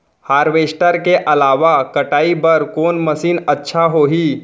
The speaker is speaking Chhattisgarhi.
हारवेस्टर के अलावा कटाई बर कोन मशीन अच्छा होही?